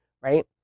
right